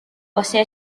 posee